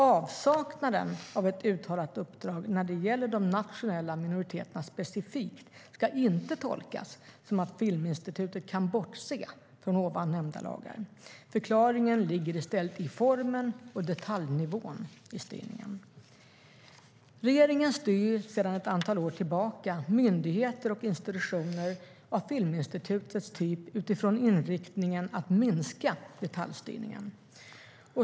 Avsaknaden av ett uttalat uppdrag när det gäller de nationella minoriteterna specifikt ska inte tolkas som att Filminstitutet kan bortse från ovan nämnda lagar. Förklaringen ligger i stället i formen och detaljnivån i styrningen. Regeringen styr sedan ett antal år tillbaka myndigheter och institutioner av Filminstitutets typ utifrån inriktningen att minska detaljstyrningen.